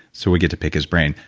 so we get to pick his brain.